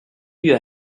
you